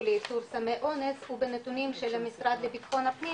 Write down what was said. לאיתור סמי אונס ובנתונים של המשרד לביטחון הפנים